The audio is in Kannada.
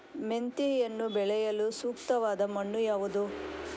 ಮೆಂತೆಯನ್ನು ಬೆಳೆಯಲು ಸೂಕ್ತವಾದ ಮಣ್ಣು ಯಾವುದು?